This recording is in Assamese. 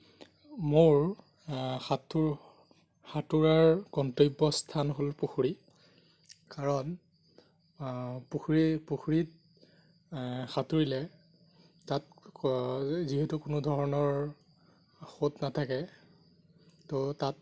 মোৰ সাঁতোৰ সাঁতোৰাৰ গন্তব্য স্থান হ'ল পুখুৰী কাৰণ পুখুৰী পুখুৰীত সাঁতুৰিলে তাত যিহেতু কোনো ধৰণৰ সোঁত নাথাকে ত' তাত